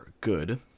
good